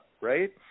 right